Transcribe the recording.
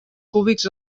cúbics